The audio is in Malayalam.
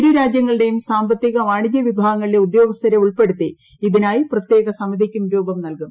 ഇരു രാജ്യങ്ങളിലേയും സാമ്പത്തിക വാണിജ്യ വിഭാഗങ്ങളിലെ ഉദ്യോഗസ്ഥരെ ഉൾപ്പെടുത്തി ഇതിനായി പ്രത്യേക സമിതിക്കും രൂപം നൽകും